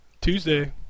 Tuesday